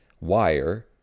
wire